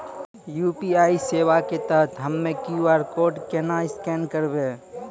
UPI सेवा के तहत हम्मय क्यू.आर कोड केना स्कैन करबै?